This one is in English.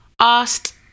Asked